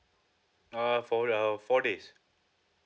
uh for the four days